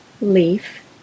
leaf